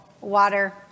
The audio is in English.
water